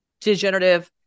degenerative